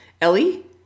Ellie